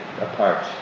apart